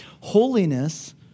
Holiness